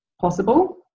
possible